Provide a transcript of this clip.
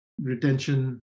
retention